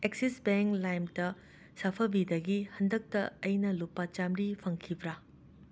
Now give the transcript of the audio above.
axis Bank ꯂꯥꯏꯝꯇ ꯁꯥꯐꯕꯤꯗꯒꯤ ꯍꯟꯗꯛꯇ ꯑꯩꯅ ꯂꯨꯄꯥ ꯆꯥꯝꯃꯔꯤ ꯐꯪꯈꯤꯕ꯭ꯔꯥ